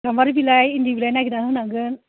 गाम्बारि बिलाइ इन्दि बिलाइ नागिरनानै होनांगोन